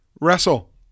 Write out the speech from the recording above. Wrestle